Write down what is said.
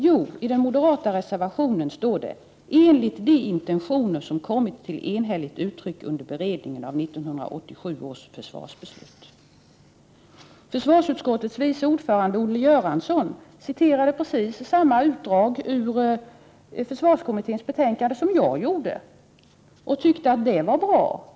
Jo, i den moderata reservationen står ”enligt de intentioner som kommit till enhälligt uttryck under beredningen av 1987 års försvarsbeslut”. Försvarsutskottets vice ordförande Olle Göransson citerade precis samma utdrag ur försvarskommitténs betänkande som jag gjorde. Han tyckte att det var bra.